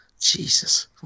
Jesus